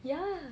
yeah